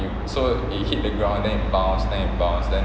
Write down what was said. so it hit the ground then it bounce then it bounce then